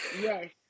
Yes